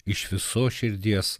iš visos širdies